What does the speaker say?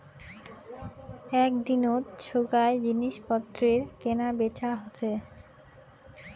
এক দিনত সোগায় জিনিস পত্তর কেনা বেচা হসে